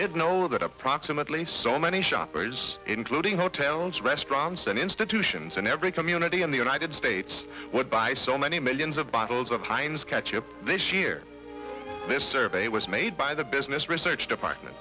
did know that approximately so many shoppers including hotels restaurants and institutions in every community in the united states would buy so many millions of bottles of heinz ketchup this year this survey was made by the business research department